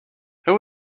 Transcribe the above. who